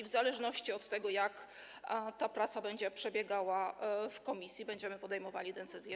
W zależności od tego, jak ta praca będzie przebiegała w komisji, będziemy podejmowali decyzje.